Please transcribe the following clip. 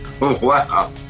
Wow